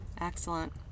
excellent